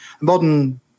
modern